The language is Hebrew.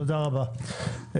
תודה רבה.